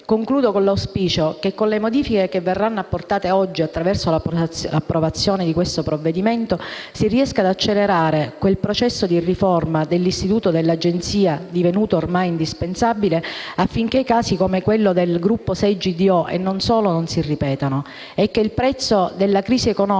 concludo con l'auspicio che, con le modifiche che verranno apportate oggi attraverso l'approvazione di questo provvedimento, si riesca ad accelerare quel processo di riforma dell'istituto dell'Agenzia, divenuto ormai indispensabile, affinché casi come quello del Gruppo 6 GDO e non solo non si ripetano, e che il prezzo della crisi economica,